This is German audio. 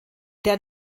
der